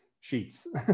sheets